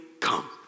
come